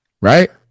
right